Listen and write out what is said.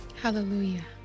Hallelujah